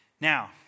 Now